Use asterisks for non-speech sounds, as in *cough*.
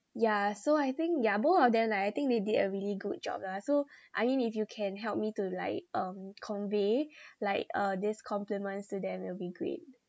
yeah so I think ya both of them like I think they did a really good job lah so I mean if you can help me to like um convey *breath* like uh these compliments to them it'll be great